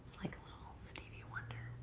like little stevie wonder.